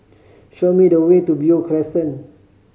show me the way to Beo Crescent